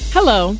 Hello